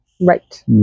right